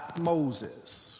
Moses